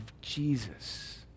Jesus